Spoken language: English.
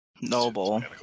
Noble